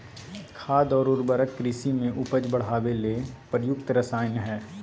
खाद और उर्वरक कृषि में उपज बढ़ावे ले प्रयुक्त रसायन हइ